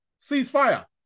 Ceasefire